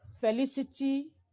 felicity